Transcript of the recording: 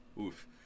oof